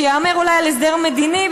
שיהמר אולי על הסדר מדיני,